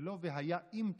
ולא והיה אם תשמעון,